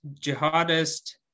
jihadist